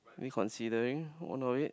need considering one of it